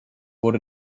wurde